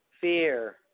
fear